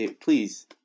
please